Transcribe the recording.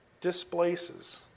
displaces